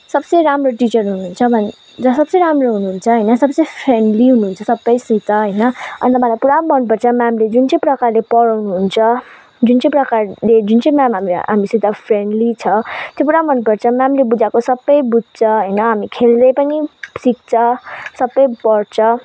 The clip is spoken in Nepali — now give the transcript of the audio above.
सबसे राम्रो टिचर हुनुहुन्छ भने सबसे राम्रो हुनुहुन्छ है सबसे फ्रेन्डली हुनुहुन्छ सबैसित होइन अन्त मलाई पुरा मन पर्छ म्यामले जुन चाहिँ प्रकारले पढाउनुहुन्छ जुन चाहिँ प्रकारले जुन चाहिँ म्याम हामीसित फ्रेन्डली छ त्यो पुरा मन पर्छ म्यामले बुझाएको सबै बुझ्छ र हामी खेल्दै पनि सिक्छ सबै पढ्छ